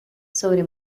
sobre